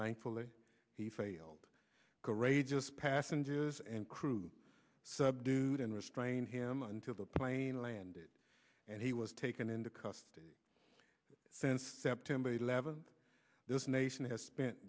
thankfully he failed courageous passengers and crew sub dude and restrained him until the plane landed and he was taken into custody since september eleventh this nation has spent